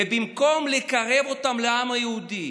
ובמקום לקרב אותם לעם היהודי,